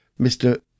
Mr